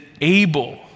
able